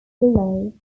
below